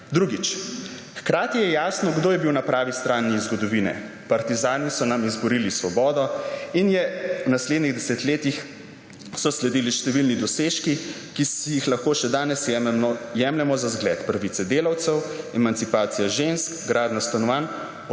»Drugič. Hkrati je jasno, kdo je bil na pravi strani zgodovine. Partizani so nam izborili svobodo in v naslednjih desetletjih so sledili številni dosežki, ki si jih lahko še danes jemljemo za zgled: pravice delavcev, emancipacija žensk, gradnja stanovanj,